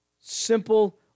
simple